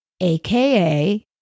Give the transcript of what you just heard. aka